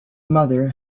mother